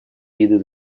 виды